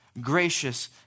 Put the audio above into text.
Gracious